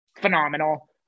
Phenomenal